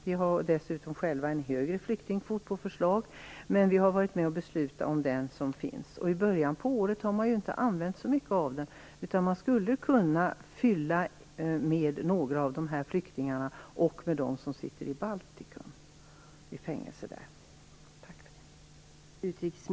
Vi har själva en högre flyktingkvot på förslag. Men vi var också med och beslutade om den som finns. I början av året har man ju inte använt så mycket av den, och därför skulle man kunna fylla på med några av dessa flyktingar och även med dem som sitter i fängelse i Baltikum.